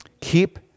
keep